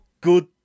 good